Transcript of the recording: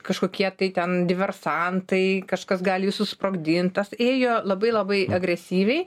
kažkokie tai ten diversantai kažkas gali susprogdint tas ėjo labai labai agresyviai